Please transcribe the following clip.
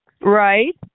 Right